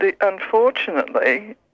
unfortunately